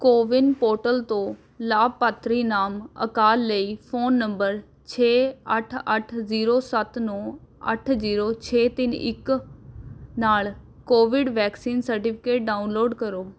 CoWIN portal ਤੋਂ ਲਾਭਪਾਤਰੀ ਨਾਮ ਅਕਾਲ ਲਈ ਫ਼ੋਨ ਨੰਬਰ ਛੇ ਅੱਠ ਅੱਠ ਜ਼ੀਰੋ ਸੱਤ ਨੌ ਅੱਠ ਜ਼ੀਰੋ ਛੇ ਤਿੰਨ ਇੱਕ ਨਾਲ ਕੋਵਿਡ ਵੈਕਸੀਨ ਸਰਟੀਫਿਕੇਟ ਡਾਊਨਲੋਡ ਕਰੋ